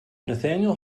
nathaniel